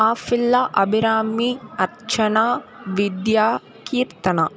ஆஃபில்லா Abirami Archana Vidya Keerthana